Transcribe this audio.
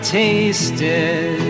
tasted